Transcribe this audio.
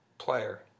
player